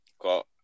got